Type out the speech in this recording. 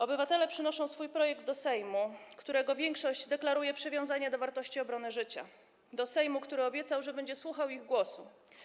Obywatele przynoszą swój projekt do Sejmu, którego większość deklaruje przywiązanie do wartości obrony życia, do Sejmu, który obiecał, że będzie słuchał ich głosu.